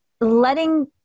letting